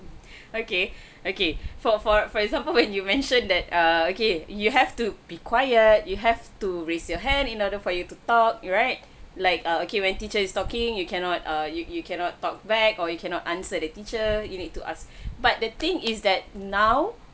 okay okay for for for example when you mentioned that err okay you have to be quiet you have to raise your hand in order for you to talk right like err okay when teacher is talking you cannot err you you cannot talk back or you cannot answer the teacher you need to ask but the thing is that now